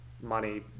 money